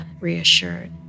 reassured